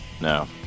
No